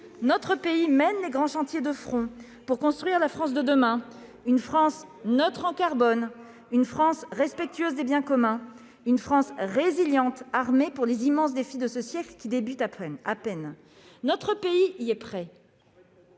notre pays mène les grands chantiers de front, pour construire la France de demain, une France neutre en carbone, une France respectueuse des biens communs, résiliente et armée pour les immenses défis de ce siècle qui débute à peine. Notre pays y est prêt.